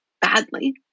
badly